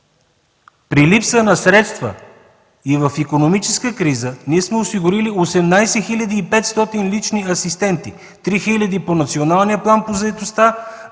при липса на средства и в икономическа криза ние сме осигурили 18 500 лични асистенти – три хиляди по Националния план по заетостта,